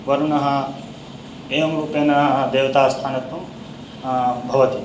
वरुणः एवं रूपेण देवतास्थानत्वं भवति